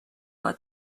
let